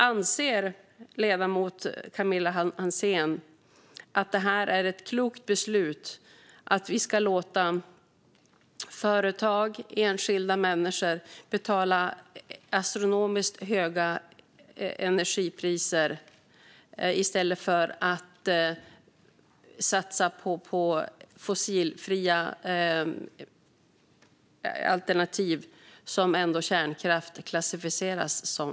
Anser ledamoten Camilla Hansén att det är ett klokt beslut att låta företag och enskilda människor betala astronomiskt höga energipriser i stället för att satsa på fossilfria alternativ, som kärnkraften ändå klassificeras som?